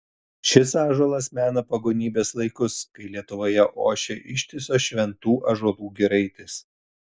šis ąžuolas mena pagonybės laikus kai lietuvoje ošė ištisos šventų ąžuolų giraitės